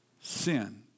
sin